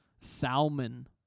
Salmon